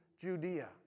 Judea